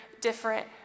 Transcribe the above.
different